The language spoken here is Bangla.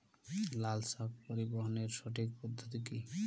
লালশাক পরিবহনের সঠিক পদ্ধতি কি?